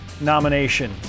nomination